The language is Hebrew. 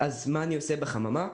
מה אני עושה בחממה?